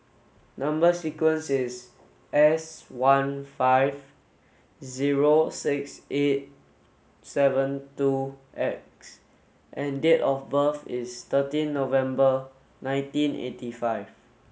number sequence is S one five zero six eight seven two X and date of birth is thirteen November nineteen eighty five